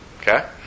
Okay